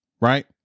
right